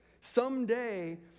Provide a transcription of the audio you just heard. Someday